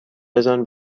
بزن